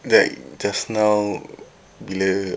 like just now bila